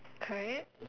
correct